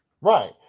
Right